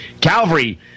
Calvary